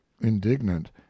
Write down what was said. indignant